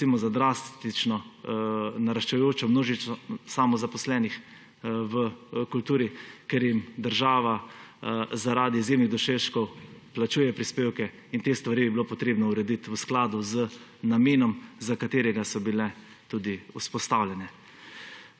služba za drastično naraščajočomnožico samozaposlenih v kulturi, ker jim država zaradi izjemnih dosežkov plačuje prispevke. Te stvari bi bilo treba urediti v skladu z namenom, za katerega so bile tudi vzpostavljene.